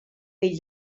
pell